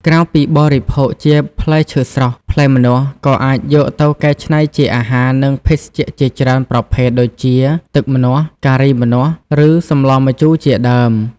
ក្រៅពីបរិភោគជាផ្លែឈើស្រស់ ផ្លែម្នាស់ក៏អាចយកទៅកែច្នៃជាអាហារ និងភេសជ្ជៈជាច្រើនប្រភេទដូចជា ទឹកម្នាស់ ការីម្នាស់ ឬ សម្លរម្ជូរ ជាដើម។